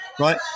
Right